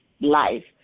life